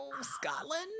Scotland